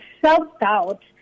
self-doubt